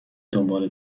دنباله